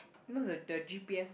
no the the g_p_s